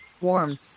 warm